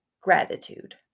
gratitude